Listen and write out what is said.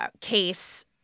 case